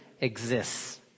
exists